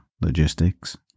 logistics